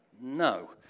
No